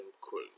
Crew